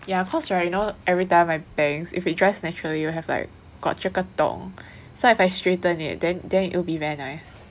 ya cause [right] you know everytime my bangs if it dries naturally will have like got 这个洞 so if I straighten it then then it will be very nice